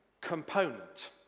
component